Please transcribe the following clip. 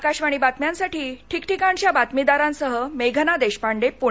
आकाशवाणीच्या बातम्यांसाठी ठिकठिकाणच्या बातमीदारांसह मेघना देशपांडे पुणे